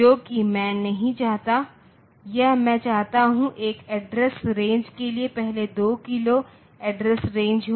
जो कि मैं नहीं चाहता यह मैं चाहता हूं एक एड्रेस रेंज के लिए पहले 2 किलो एड्रेस रेंज हो